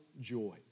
joy